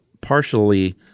partially